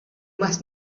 must